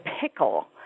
Pickle